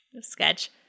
sketch